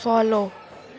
follow